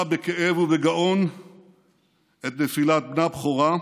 שנשאה בכאב ובגאון את נפילת בנה בכורה,